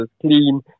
clean